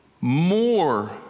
more